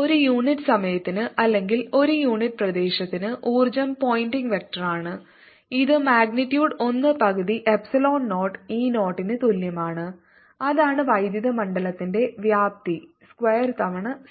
ഒരു യൂണിറ്റ് സമയത്തിന് അല്ലെങ്കിൽ ഒരു യൂണിറ്റ് പ്രദേശത്തിന് ഊർജ്ജം പോയിന്റിംഗ് വെക്റ്ററാണ് ഇത് മാഗ്നിറ്റ്യൂഡ് 1 പകുതി എപ്സിലോൺ 0 E 0 ന് തുല്യമാണ് അതാണ് വൈദ്യുത മണ്ഡലത്തിന്റെ വ്യാപ്തി സ്ക്വാർ തവണ സി